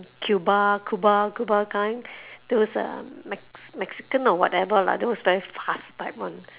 cuba cuba cuba kind those um mex~ mexican or whatever lah those very fast type one